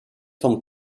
vom